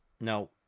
No